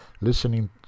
listening